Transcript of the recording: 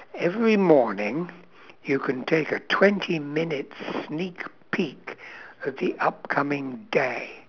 every morning you can take a twenty minute sneak peek of the upcoming day